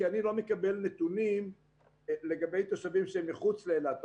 כי אני לא מקבל נתונים לגבי תושבים שהם מחוץ לאילת.